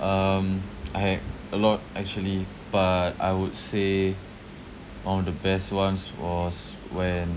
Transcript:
um I have a lot actually but I would say one of the best ones was when